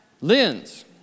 lens